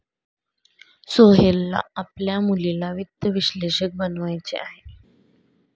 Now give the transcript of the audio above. सोहेलला आपल्या मुलीला वित्त विश्लेषक बनवायचे आहे